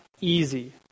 easy